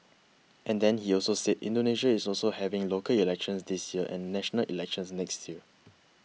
and then he also said Indonesia is also having local elections this year and national elections next year